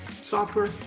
software